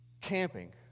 camping